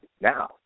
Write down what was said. Now